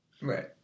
right